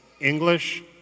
English